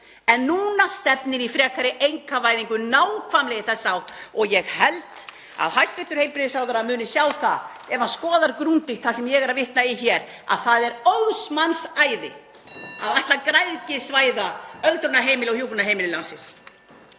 En núna stefnir í frekari einkavæðingu nákvæmlega í þessa átt og ég held að hæstv. heilbrigðisráðherra muni sjá það ef hann skoðar grundigt það sem ég er að vitna í hér að það er óðs manns æði að ætla að græðgisvæða öldrunarheimili og hjúkrunarheimili landsins.